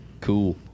cool